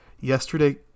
Yesterday